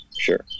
Sure